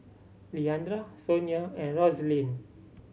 Leandra Sonya and Roslyn